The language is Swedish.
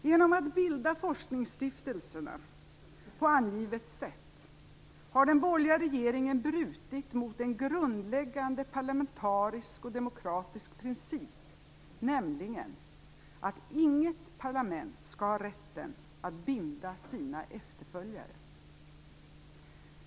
Genom att bilda forskningsstiftelserna på angivet sätt har den borgerliga regeringen brutit mot en grundläggande parlamentarisk och demokratisk princip, nämligen att inget parlament skall ha rätten att binda sina efterföljare.